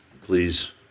please